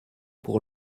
pour